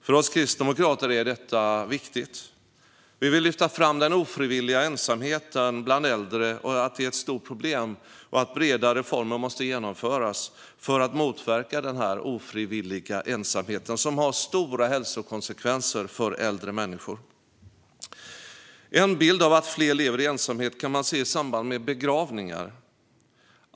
För oss kristdemokrater är detta viktigt. Vi vill lyfta fram den ofrivilliga ensamheten bland äldre, att det är ett stort problem och att breda reformer måste genomföras för att motverka sådan ensamhet, som har stora hälsokonsekvenser för äldre människor. En bild av att fler lever i ensamhet kan man se i samband med begravningar.